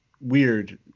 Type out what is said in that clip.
weird